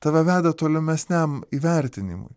tave veda tolimesniam įvertinimui